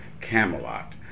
Camelot